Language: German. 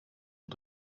und